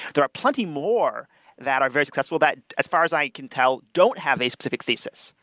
there are plenty more that are very successful that as far as i can tell don't have a specific thesis.